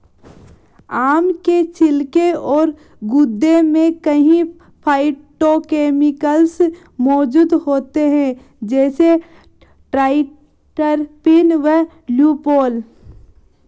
आम के छिलके और गूदे में कई फाइटोकेमिकल्स मौजूद होते हैं, जैसे ट्राइटरपीन, ल्यूपोल